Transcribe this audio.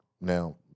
now